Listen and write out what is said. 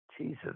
Jesus